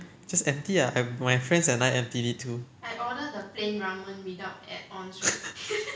just empty lah I my friends and I emptied it too